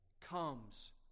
comes